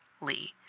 Lee